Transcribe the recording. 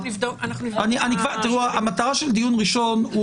אנחנו נבדוק --- המטרה של דיון ראשון הוא